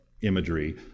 imagery